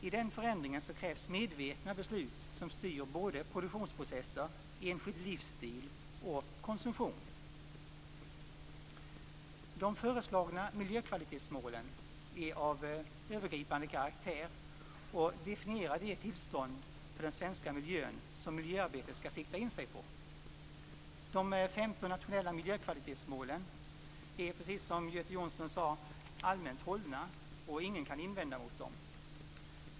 I den förändringen krävs medvetna beslut som styr både produktionsprocesser, enskild livsstil och konsumtion. De föreslagna miljökvalitetsmålen är av övergripande karaktär och definierar det tillstånd för den svenska miljön som miljöarbetet skall sikta in sig mot. De 15 nationella miljökvalitetsmålen är, precis som Göte Jonsson sade, så allmänt hållna att ingen kan invända mot dem.